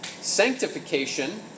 Sanctification